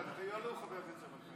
יעלו, יעלו, חבר הכנסת יברקן.